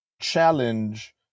challenge